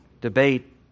debate